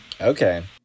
Okay